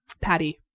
Patty